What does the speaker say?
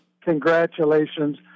congratulations